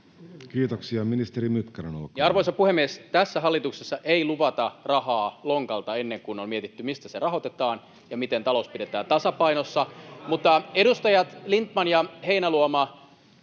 Kiitoksia. — Ministeri Mykkänen, olkaa hyvä. Arvoisa puhemies! Tässä hallituksessa ei luvata rahaa lonkalta ennen kuin on mietitty, mistä se rahoitetaan ja miten talous pidetään tasapainossa. Edustajat Lindtman ja Heinäluoma,